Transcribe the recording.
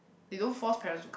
they don't force parents to